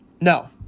No